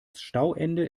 stauende